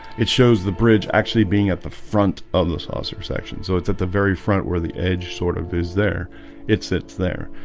it shows the bridge actually being at the front of the saucer section so it's at the very front where the edge sort of is there it's it's there.